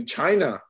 China